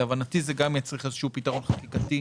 להבנתי זה יצריך פתרון בחקיקה.